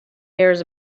hears